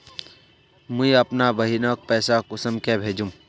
मुई अपना बहिनोक पैसा कुंसम के भेजुम?